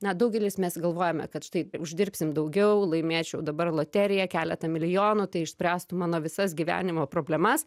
na daugelis mes galvojame kad štai uždirbsim daugiau laimėčiau dabar loteriją keletą milijonų tai išspręstų mano visas gyvenimo problemas